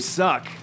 suck